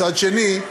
מצד שני,